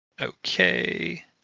Okay